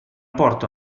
porto